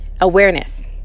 awareness